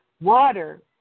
Water